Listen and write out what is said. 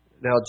Now